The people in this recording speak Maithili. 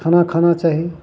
खाना खाना चाही